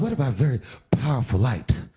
but about very powerful light?